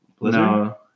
no